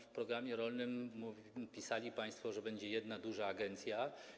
W programie rolnym pisali państwo, że będzie jedna duża agencja.